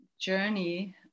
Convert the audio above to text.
journey